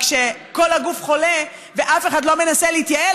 רק שכשכל הגוף חולה ואף אחד לא מנסה להתייעל,